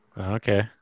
Okay